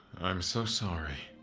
i'm so sorry!